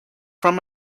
from